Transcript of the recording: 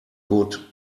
good